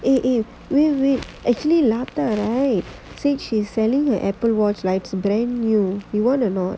eh eh wait wait actually said she's selling an Apple watch like it's brand new you want or not